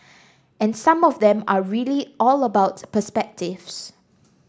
and some of them are really all about perspectives